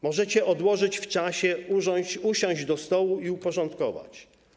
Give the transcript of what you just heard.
Możecie odłożyć to w czasie, usiąść do stołu i to uporządkować.